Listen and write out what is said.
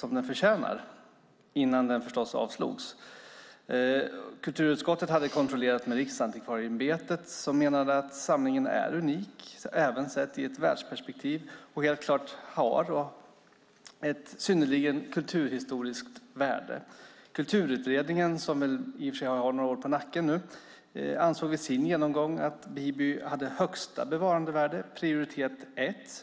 den förtjänar - innan den förstås avslogs. Kulturutskottet hade kontrollerat med Riksantikvarieämbetet, som menade att samlingen är unik, även sett i ett världsperspektiv, och helt klart har ett synnerligt kulturhistoriskt värde. Kulturarvsutredningen, som i och för sig har några år på nacken nu, ansåg vid sin genomgång att Biby hade högsta bevarandevärde, prioritet 1.